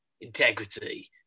integrity